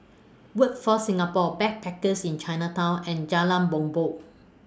Workforce Singapore Backpackers Inn Chinatown and Jalan Bumbong